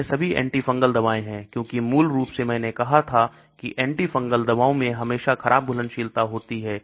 यह सभी antifungal दवाएं हैं क्योंकि मूल रूप से मैंने कहा था की antifungal दवाओं में हमेशा खराब घुलनशीलता होती है